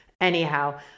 anyhow